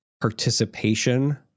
participation